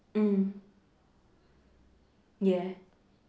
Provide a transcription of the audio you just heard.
mm ya